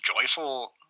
joyful